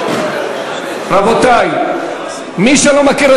זחאלקה, אני קורא אותך